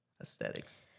Aesthetics